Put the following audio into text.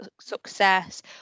success